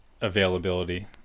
availability